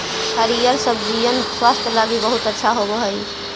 हरिअर सब्जिअन स्वास्थ्य लागी बहुत अच्छा होब हई